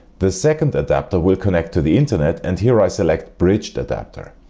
the second adapter will connect to the internet and here i select bridged adapter